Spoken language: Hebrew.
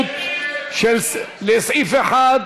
ציפי לבני,